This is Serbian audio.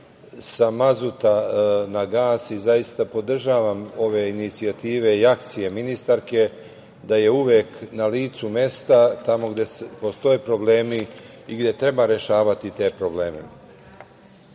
sa mazuta na gas. Zaista podražavam ove inicijative i akcije ministarke, da je uvek na licu mesta, tamo gde postoje problemi i gde treba rešavati te probleme. Štete